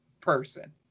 person